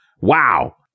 Wow